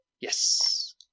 Yes